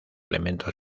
elementos